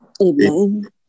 Amen